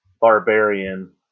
barbarian